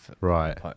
Right